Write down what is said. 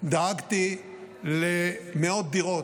דאגתי למאות דירות,